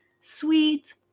Sweet